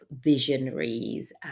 visionaries